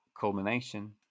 culmination